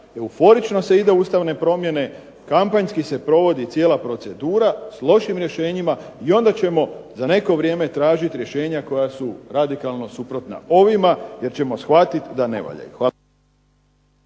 Euforično se ide u ustavne promjene, kampanjski se provodi cijela procedura sa lošim rješenjima. I onda ćemo za neko vrijeme tražiti rješenja koja su radikalno suprotna ovima jer ćemo shvatiti da ne valjaju. Hvala